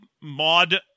mod